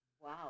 Wow